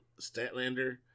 Statlander